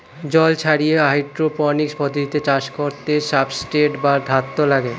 জল ছাড়িয়ে হাইড্রোপনিক্স পদ্ধতিতে চাষ করতে সাবস্ট্রেট বা ধাত্র লাগে